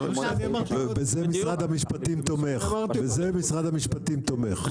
ובזה משרד המשפטים תומך, בזה משרד המשפטים תומך.